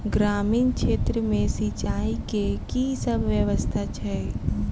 ग्रामीण क्षेत्र मे सिंचाई केँ की सब व्यवस्था छै?